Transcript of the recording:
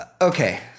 Okay